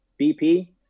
BP –